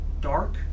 Dark